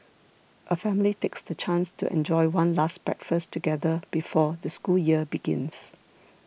a family takes the chance to enjoy one last breakfast together before the school year begins